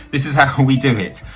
this is how we do it,